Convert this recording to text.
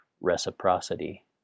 reciprocity